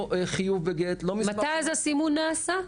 לא חיוב בגט, מתי הסימון נעשה?